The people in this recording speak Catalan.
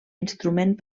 instrument